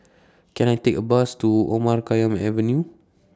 Can I Take A Bus to Omar Khayyam Avenue